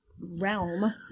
realm